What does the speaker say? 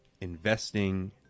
investing